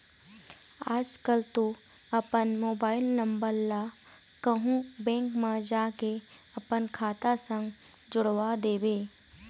आजकल तो अपन मोबाइल नंबर ला कहूँ बेंक म जाके अपन खाता संग जोड़वा देबे